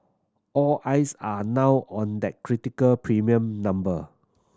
all eyes are now on that critical premium number